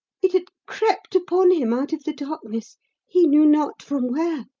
it had crept upon him out of the darkness he knew not from where.